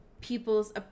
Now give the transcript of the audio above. people's